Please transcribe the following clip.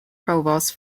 provost